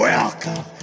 Welcome